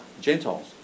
Gentiles